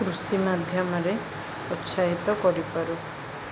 କୃଷି ମାଧ୍ୟମରେ ଉତ୍ସାହିତ କରିପାରୁ